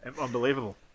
Unbelievable